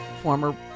former